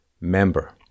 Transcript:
member